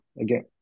again